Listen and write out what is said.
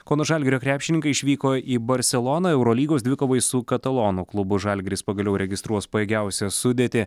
kauno žalgirio krepšininkai išvyko į barseloną eurolygos dvikovai su katalonų klubu žalgiris pagaliau registruos pajėgiausią sudėtį